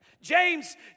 James